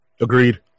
Agreed